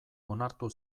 onartu